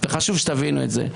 חשוב שתבינו את זה.